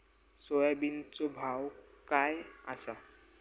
सोयाबीनचो भाव काय आसा?